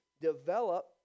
develop